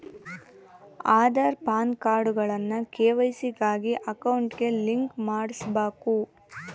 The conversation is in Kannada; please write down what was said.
ಆದಾರ್, ಪಾನ್ಕಾರ್ಡ್ಗುಳ್ನ ಕೆ.ವೈ.ಸಿ ಗಾಗಿ ಅಕೌಂಟ್ಗೆ ಲಿಂಕ್ ಮಾಡುಸ್ಬಕು